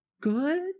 good